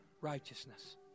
righteousness